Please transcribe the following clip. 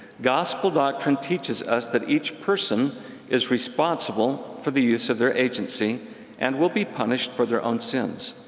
gospel doctrine teaches us that each person is responsible for the use of their agency and will be punished for their own sins.